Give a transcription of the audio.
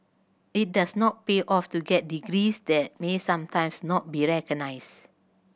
it does not pay off to get degrees that may sometimes not be recognised